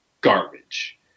garbage